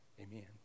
amen